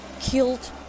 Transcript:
killed